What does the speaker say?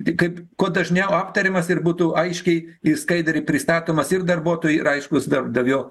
tik kaip kuo dažniau aptariamas ir būtų aiškiai ir skaidriai pristatomas ir darbuotojui ir aiškus darbdavio